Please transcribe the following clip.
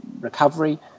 recovery